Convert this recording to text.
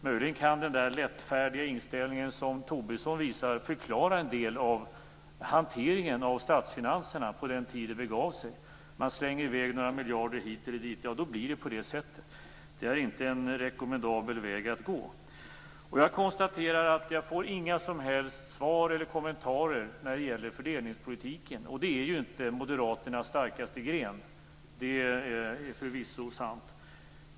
Möjligen kan den lättfärdiga inställning som Tobisson visar förklara en del av hanteringen av statsfinanserna på den tid då det begav sig. Man slänger i väg några miljarder hit eller dit - ja, då blir det på det sättet. Det är inte en rekommendabel väg att gå. Jag konstaterar att jag inte får några som helst svar eller kommentarer när det gäller fördelningspolitiken. Det är ju inte moderaternas starkaste gren, det är förvisso sant.